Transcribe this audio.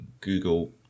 Google